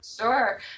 Sure